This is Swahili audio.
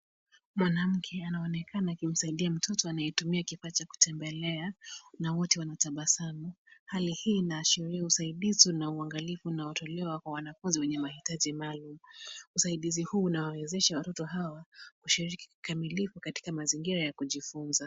Mwanamke anaonekana akimsaidia mtoto anayetumia kifaaa kutembelea, na wote wanatabasamu. Hali hii inaashiria usaidizi na uangalifu unatolewa kwa wanafunzi wenye mahitaji maalum. Usaidizi huu nawawezesha watoto hawa kushiriki kikamilifu katika mazingira ya kujifunza.